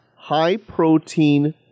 high-protein